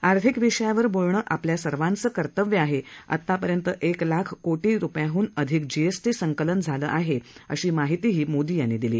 आर्थिक विषयावर बोलंणं आपलं सर्वांचं कर्तव्य आहे आतापर्यंत एक लाख कोटी रुपयांहून अधिक जीएसटी संकलन झाले असल्याची माहितीही मोदी यांनी दिली